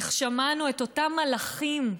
איך שמענו על אותם מלאכים,